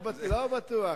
דבר אחד בטוח: